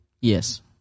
Yes